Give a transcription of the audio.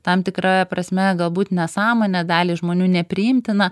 tam tikra prasme galbūt nesąmonė daliai žmonių nepriimtina